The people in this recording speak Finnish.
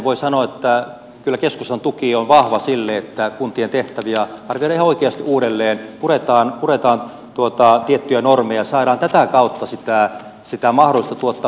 voi sanoa että kyllä keskustan tuki on vahva sille että kuntien tehtäviä arvioidaan ihan oikeasti uudelleen puretaan tiettyjä normeja saadaan tätä kautta sitä mahdollisuutta tuottaa palveluja tehokkaammin